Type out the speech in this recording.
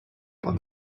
but